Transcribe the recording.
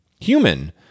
Human